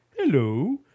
Hello